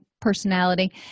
personality